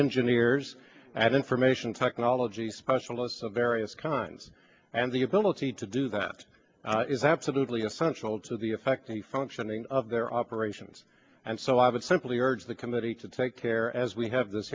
engineers at information technology specialists of various kinds and the ability to do that is absolutely essential to the effect of the functioning of their operations and so i would simply urge the committee to take care as we have this